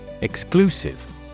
Exclusive